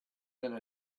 than